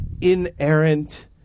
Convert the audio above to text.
inerrant